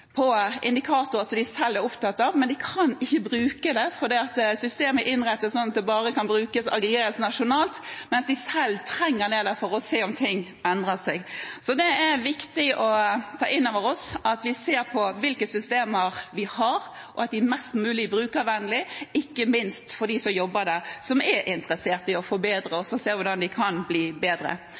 indikatorer som de selv er opptatt av, men de kan ikke bruke det fordi systemet er innrettet sånn at det bare kan brukes nasjonalt, mens de selv trenger det for å se om ting endrer seg. Det er viktig å ta inn over seg at vi ser på hvilke systemer vi har, at de er mest mulig brukervennlig, ikke minst for dem som jobber ut fra dem, og som er interessert i å se hvordan de kan bli bedre.